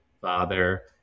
father